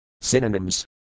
Synonyms